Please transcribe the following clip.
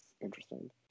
Interesting